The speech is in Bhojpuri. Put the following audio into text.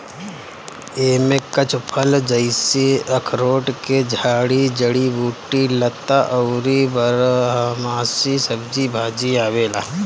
एमे कुछ फल जइसे अखरोट के झाड़ी, जड़ी बूटी, लता अउरी बारहमासी सब्जी भाजी आवेला